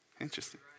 Interesting